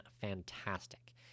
fantastic